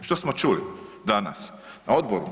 Što smo čuli danas na odboru?